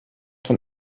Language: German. von